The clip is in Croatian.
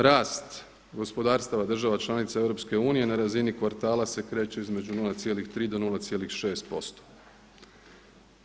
Rast gospodarstava država članica EU na razini kvartala se kreće između 0,3 do 0,6%